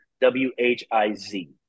W-H-I-Z